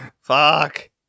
Fuck